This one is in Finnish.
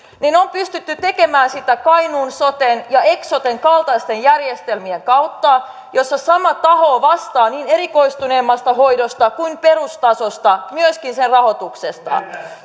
on pystytty tekemään sitä kainuun soten ja eksoten kaltaisten järjestelmien kautta joissa sama taho vastaa niin erikoistuneemmasta hoidosta kuin perustasostakin myöskin sen rahoituksesta